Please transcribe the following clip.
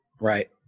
right